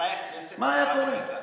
מתי הכנסת עצרה חקיקה?